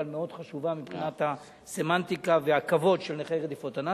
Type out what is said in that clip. אבל מאוד חשובה מבחינת הסמנטיקה והכבוד של נכי רדיפות הנאצים,